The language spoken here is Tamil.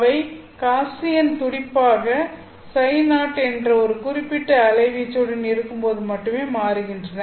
அவை காஸ்ஸியன் துடிப்பாக ψ0 என்ற ஒரு குறிப்பிட்ட அலைவீச்சுடன் இருக்கும்போது மட்டுமே மாறுகின்றன